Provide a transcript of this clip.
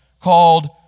called